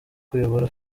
kuyobora